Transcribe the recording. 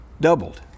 doubled